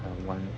um want